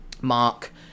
mark